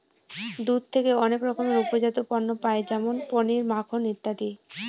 দুধ থেকে অনেক রকমের উপজাত পণ্য পায় যেমন পনির, মাখন ইত্যাদি